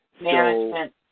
Management